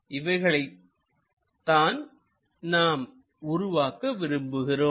இவைகளைத்தான் நாம் உருவாக்க விரும்புகிறோம்